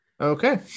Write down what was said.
Okay